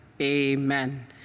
amen